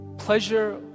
pleasure